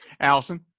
Allison